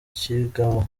kigabo